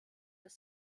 des